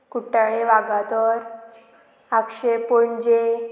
कुट्टाळे वागातर आक्षे पणजे